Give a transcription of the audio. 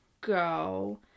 go